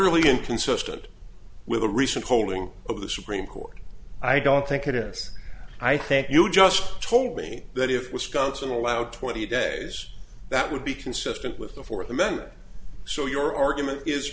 orderly and consistent with the recent polling of the supreme court i don't think it is i think you just told me that if wisconsin allowed twenty days that would be consistent with the fourth amendment so your argument is